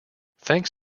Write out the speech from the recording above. thanks